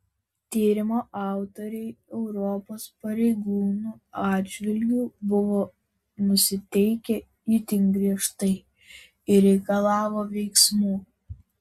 tyrimo autoriai europos pareigūnų atžvilgiu buvo nusiteikę itin griežtai ir reikalavo veiksmų